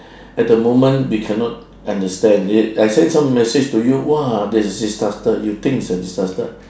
at the moment we cannot understand it I send some message to you !wah! there's disaster you think it's a disaster